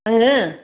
आङो